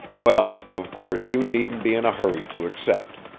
well, of course, you needn't be in a hurry to accept.